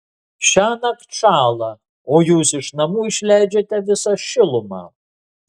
šiąnakt šąla o jūs iš namų išleidžiate visą šilumą